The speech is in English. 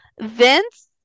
Vince